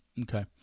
Okay